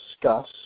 discuss